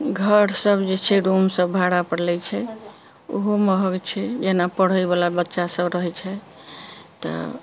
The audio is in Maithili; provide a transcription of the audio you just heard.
घर सभ जे छै रूम सभ भाड़ापर लै छै ओहो महग छै जेना पढ़ैवला बच्चा सभ रहै छै तऽ